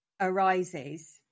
arises